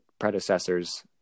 predecessors